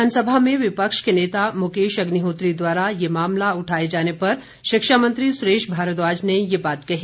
विधानसभा में विपक्ष के नेता मुकेश अग्निहोत्री द्वारा यह मामला उठाए जाने पर शिक्षा मंत्री सुरेश भारद्वाज ने ये बात कही